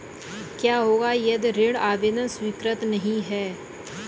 क्या होगा यदि ऋण आवेदन स्वीकृत नहीं है?